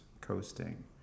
coasting